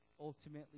ultimately